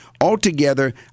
altogether